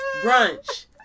Brunch